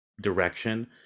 direction